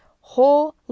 Holy